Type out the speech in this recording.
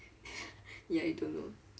ya you don't know